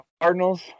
Cardinals